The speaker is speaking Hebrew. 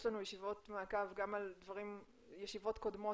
יש לנו ישיבות מעקב גם על ישיבות קודמות